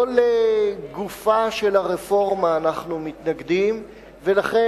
לא לגופה של הרפורמה אנחנו מתנגדים, ועליתי